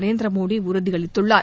நரேந்திர மோடி உறுதியளித்துள்ளார்